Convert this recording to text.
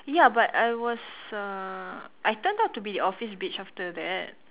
ya but I was uh I turned out to be a office bitch after that